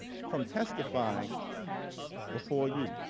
from testifying before you?